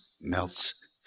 melts